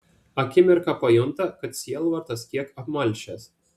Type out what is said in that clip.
akimirką pajunta kad sielvartas kiek apmalšęs